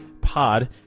pod